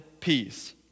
peace